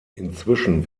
inzwischen